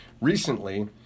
Recently